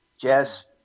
Jess